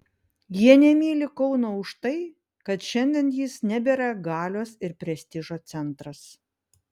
jie nemyli kauno už tai kad šiandien jis nebėra galios ir prestižo centras